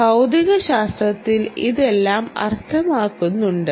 ഭൌതികശാസ്ത്രത്തിൽ ഇതെല്ലാം അർത്ഥമാക്കുന്നുണ്ട്